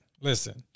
Listen